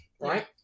right